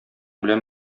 белән